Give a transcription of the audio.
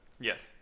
Yes